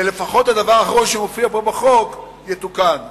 ולפחות הדבר האחרון שמופיע פה בחוק יתוקן.